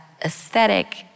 aesthetic